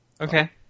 Okay